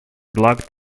blocked